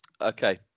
Okay